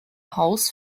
haus